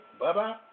bye-bye